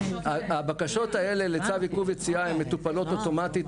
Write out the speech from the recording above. הבקשות האלה לצו עיכוב יציאה מטופלות אוטומטית,